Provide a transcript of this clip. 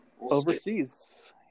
Overseas